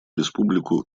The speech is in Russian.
республику